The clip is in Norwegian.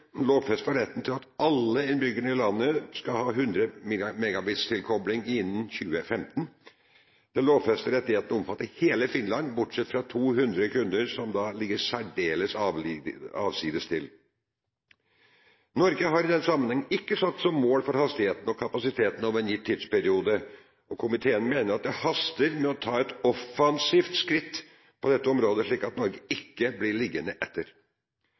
at alle innbyggere i landet skal ha en oppkobling på 100 MB/s innen 2015. Den lovfestede rettigheten omfatter hele Finland, bortsett fra 2 000 kunder som bor særdeles avsidesliggende til. Norge har i den sammenhengen ikke satt noe mål for hastigheten og kapasiteten over en gitt tidsperiode. Komiteen mener det haster med å ta et offensivt skritt på dette området, slik at Norge ikke blir liggende etter.